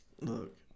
Look